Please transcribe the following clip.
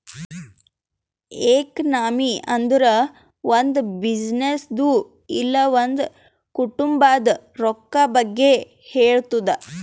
economy ಅಂದುರ್ ಒಂದ್ ಬಿಸಿನ್ನೆಸ್ದು ಇಲ್ಲ ಒಂದ್ ಕುಟುಂಬಾದ್ ರೊಕ್ಕಾ ಬಗ್ಗೆ ಹೇಳ್ತುದ್